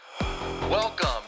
Welcome